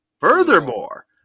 Furthermore